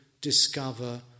discover